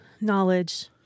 knowledge